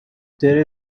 there